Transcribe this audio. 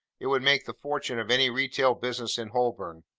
it would make the fortune of any retail business in holborn.